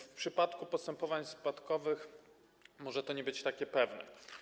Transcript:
W przypadku postępowań spadkowych może to nie być takie pewne.